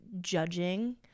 judging